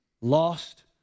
Lost